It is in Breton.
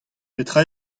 petra